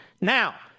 Now